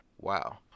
wow